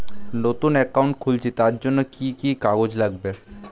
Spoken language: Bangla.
নতুন অ্যাকাউন্ট খুলছি তার জন্য কি কি কাগজ লাগবে?